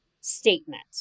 statement